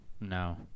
No